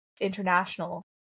international